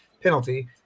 penalty